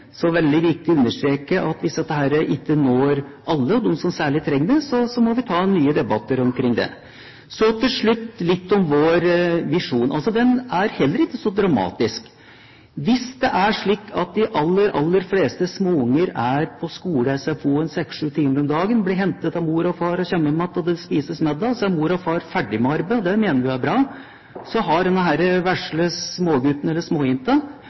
så veldig riktig understreker, at hvis dette ikke når alle, og særlig dem som trenger det, må vi ta nye debatter omkring det. Til slutt litt om vår visjon. Den er heller ikke så dramatisk. De aller fleste småbarn er på skole/SFO en seks–sju timer om dagen, blir hentet av mor og far, kommer hjem igjen, og det spises middag, så er mor og far ferdige med arbeidet. Det mener vi er bra. Da har denne vesle smågutten eller